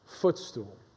footstool